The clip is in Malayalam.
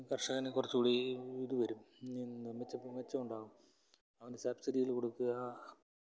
കർഷകന് കുറച്ചുകൂടി ഇരുവരും നിർമിച്ചപ്പം മെച്ചമുണ്ടാവും അവൻ്റെ സബ്സിഡികൾ കൊടുക്കുക